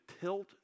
tilt